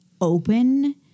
open